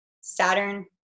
Saturn